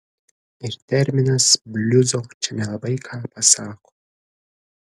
ir terminas bliuzo čia nelabai ką pasako